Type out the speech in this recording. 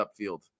upfield